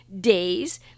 days